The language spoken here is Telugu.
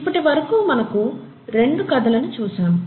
ఇప్పటి వరకు మనకు రెండు కథలను చూసాము